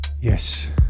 Yes